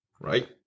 Right